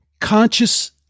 conscious